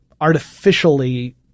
artificially